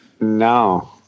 No